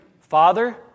Father